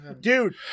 dude